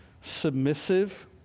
submissive